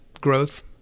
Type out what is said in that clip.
growth